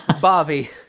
Bobby